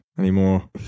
Anymore